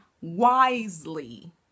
wisely